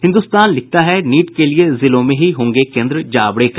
हिन्दुस्तान लिखता है नीट के लिये जिलों में ही होंगे केंद्र जावड़ेकर